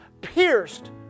pierced